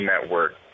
network